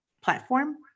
platform